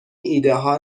ایدهها